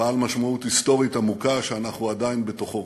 בעל משמעות היסטורית עמוקה, שאנחנו עדיין בתוכו.